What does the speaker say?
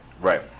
Right